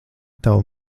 tava